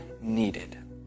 needed